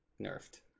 nerfed